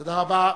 תודה רבה.